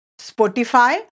Spotify